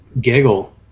giggle